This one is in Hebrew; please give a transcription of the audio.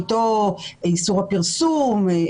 איסור הפרסום,